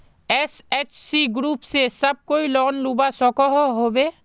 SHG group से सब कोई लोन लुबा सकोहो होबे?